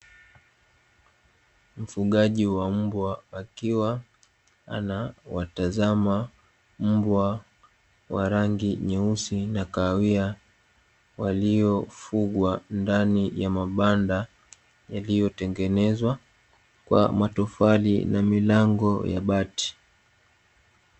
Mfugaji wa mbwa akiwa anawatazama mbwa wa rangi nyeusi na kahawia waliofugwa ndani ya mabanda yaliyotengenezwa kwa matofali na milango ya bati.